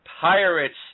Pirates